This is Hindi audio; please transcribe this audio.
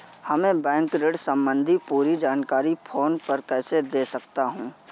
हमें बैंक ऋण संबंधी पूरी जानकारी फोन पर कैसे दे सकता है?